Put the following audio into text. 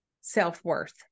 self-worth